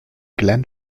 glenn